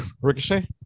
Ricochet